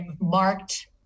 marked